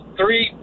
three